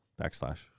Backslash